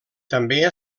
també